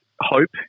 hope